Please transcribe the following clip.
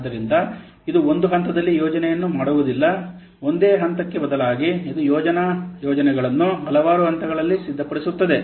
ಆದ್ದರಿಂದ ಇದು ಒಂದು ಹಂತದಲ್ಲಿ ಯೋಜನೆಯನ್ನು ಮಾಡುವುದಿಲ್ಲ ಒಂದೇ ಹಂತಕ್ಕೆ ಬದಲಾಗಿ ಇದು ಯೋಜನಾ ಯೋಜನೆಯನ್ನು ಹಲವಾರು ಹಂತಗಳಲ್ಲಿ ಸಿದ್ಧಪಡಿಸುತ್ತದೆ